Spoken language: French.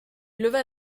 leva